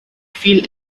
feel